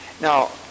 Now